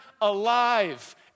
alive